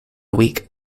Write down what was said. week